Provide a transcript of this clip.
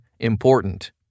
Important